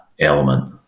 element